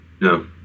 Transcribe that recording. No